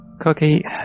Cookie